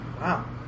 Wow